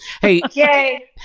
Hey